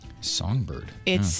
Songbird